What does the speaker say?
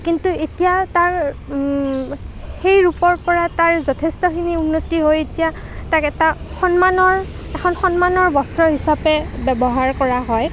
কিন্তু এতিয়া তাৰ সেই ৰূপৰপৰা তাৰ যথেষ্টখিনি উন্নতি হৈ এতিয়া তাক এটা সন্মানৰ এখন সন্মানৰ বস্ত্ৰ হিচাপে ব্য়ৱহাৰ কৰা হয়